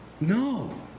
No